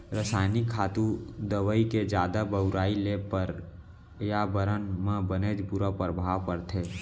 रसायनिक खातू, दवई के जादा बउराई ले परयाबरन म बनेच बुरा परभाव परथे